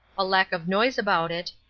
a lack of noise about it,